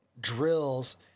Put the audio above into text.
drills